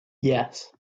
yes